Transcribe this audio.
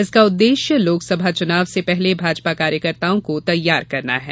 इसका उद्देश्य लोकसभा चुनाव से पहले भाजपा कार्यकर्ताओं को तैयार करना है